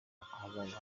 ahazaza